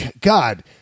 god